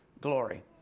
glory